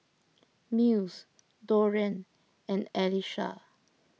Mills Dorian and Alesha